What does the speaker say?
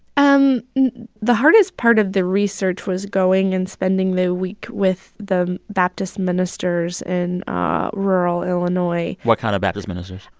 um the hardest part of the research was going and spending the week with the baptist ministers in ah rural illinois what kind of baptist ministers?